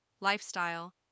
lifestyle